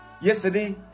Yesterday